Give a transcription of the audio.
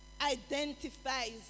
identifies